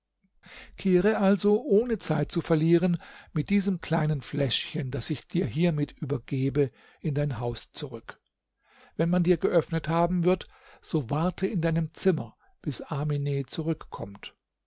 kehre also ohne zeit zu verlieren mit diesem kleinen fläschchen das ich dir hiermit übergebe in dein haus zurück wenn man dir geöffnet haben wird so warte in deinem zimmer bis amine zurückkommt